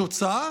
התוצאה